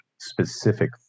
specific